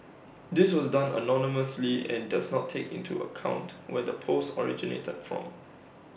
this was done anonymously and does not take into account where the post originated from